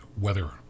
weather